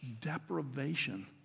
deprivation